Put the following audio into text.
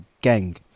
gang